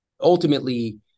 ultimately